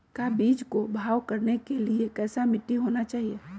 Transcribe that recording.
का बीज को भाव करने के लिए कैसा मिट्टी होना चाहिए?